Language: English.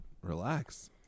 Relax